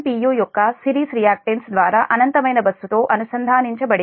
u యొక్క series reactance ద్వారా అనంతమైన బస్సుతో అనుసంధానించబడింది